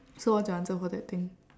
so what's your answer for that thing